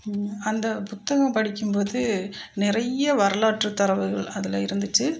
அந்த புத்தகம் படிக்கும்போது நிறைய வரலாற்று தரவுகள் அதில் இருந்துச்சு